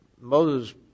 Moses